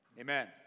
amen